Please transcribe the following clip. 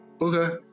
Okay